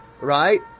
right